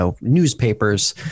newspapers